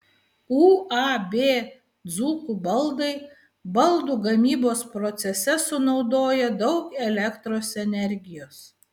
uab dzūkų baldai baldų gamybos procese sunaudoja daug elektros energijos